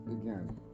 again